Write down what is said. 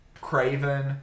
Craven